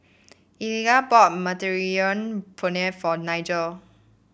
Eliga bought Mediterranean Penne for Nigel